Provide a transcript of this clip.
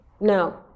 no